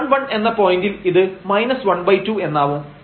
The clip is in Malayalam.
ഇനി 11 എന്ന പോയന്റിൽ ഇത് ½ എന്നാവും